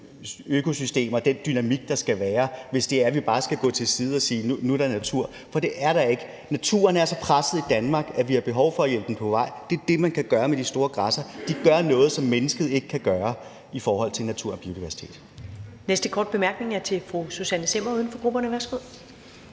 økosystemer og den dynamik, der skal være, hvis vi bare skal gå til side og sige, at nu er der natur. For det er der ikke. Naturen er så presset i Danmark, at vi har behov for at hjælpe den på vej. Det er det, man kan gøre med de store græssere. De gør noget, som mennesket ikke kan gøre i forhold til natur og biodiversitet. Kl. 15:26 Første næstformand (Karen Ellemann): Den næste korte bemærkning er til fru Susanne Zimmer, uden for grupperne. Værsgo.